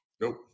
Nope